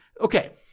Okay